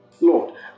Lord